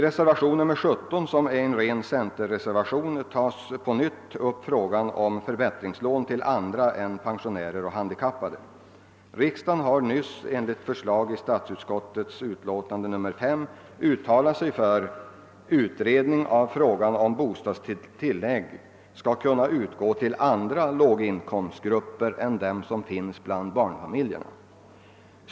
I reservationen 17, som är en ren centerreservation, tas på nytt upp frågan om förbättringslån till andra än pensionärer och handikappade. Riksdagen har helt nyligen, enligt förslag i statsutskottets utlåtande nr 5, uttalat sig för utredning av frågan om bostadstillägg skall kunna utgå till andra låginkomstgrupper än dem som finns bland barnfamiljerna.